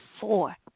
four